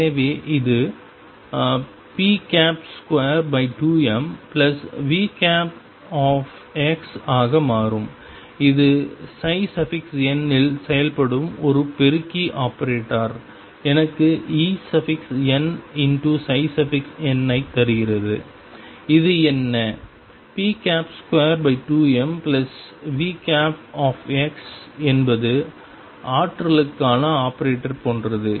எனவே இது p22mV ஆக மாறும் இது n இல் செயல்படும் ஒரு பெருக்கி ஆபரேட்டர் எனக்கு Enn ஐ தருகிறது இது என்ன p22mVx என்பது ஆற்றலுக்கான ஆபரேட்டர் போன்றது